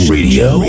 Radio